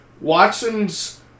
Watson's